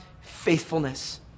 faithfulness